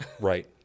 Right